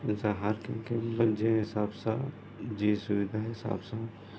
जंहिंसां हर कंहिंखें पंहिंजे हिसाब सां जीअं सुविधा जे हिसाब सां